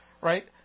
right